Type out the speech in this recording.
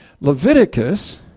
Leviticus